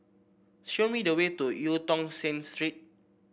show me the way to Eu Tong Sen Street